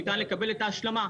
ניתן לקבל השלמה.